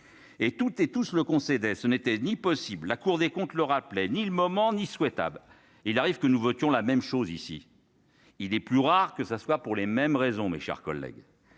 et tout, et touche le concédait ce n'était ni possible, la Cour des comptes, le rappelait, ni le moment ni souhaitable, il arrive que nous votions la même chose ici, il est plus rare que ça soit pour les mêmes raisons, mes chers collègues,